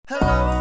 Hello